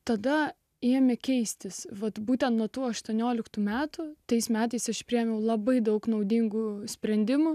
tada ėmė keistis vat būtent nuo tų aštuonioliktų metų tais metais iš priėmiau labai daug naudingų sprendimų